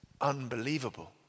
unbelievable